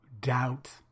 doubt